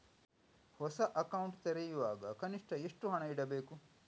ಹೊಸ ಅಕೌಂಟ್ ತೆರೆಯುವಾಗ ಕನಿಷ್ಠ ಎಷ್ಟು ಹಣ ಇಡಬೇಕು?